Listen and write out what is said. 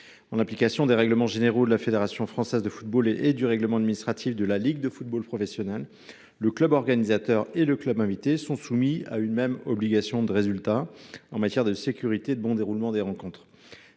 En application des règlements généraux de la Fédération française de football et du règlement administratif de la Ligue de football professionnel, le club organisateur et le club invité sont soumis à une même obligation de résultat en matière de sécurité et de bon déroulement des rencontres.